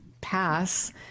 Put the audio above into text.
pass